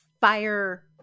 fire